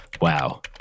Wow